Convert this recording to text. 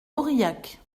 aurillac